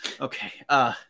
okay